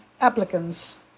applicants